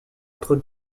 entre